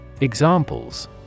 Examples